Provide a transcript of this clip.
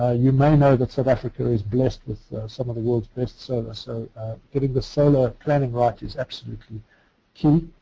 ah you may know that south africa is blessed with some of the world's best solar, so getting the solar planning right is absolutely key.